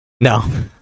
No